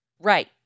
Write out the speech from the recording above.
Right